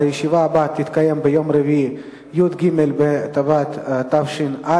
הישיבה הבאה תתקיים ביום רביעי, י"ג בטבת תש"ע,